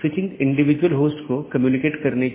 इसलिए उन्हें सीधे जुड़े होने की आवश्यकता नहीं है